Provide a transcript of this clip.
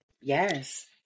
Yes